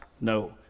No